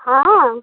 हँ